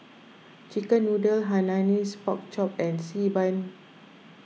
Chicken Noodles Hainanese Pork Chop and Xi Ban